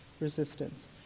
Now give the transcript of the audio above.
resistance